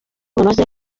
bunoze